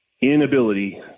inability